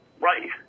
Right